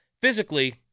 physically